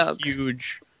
Huge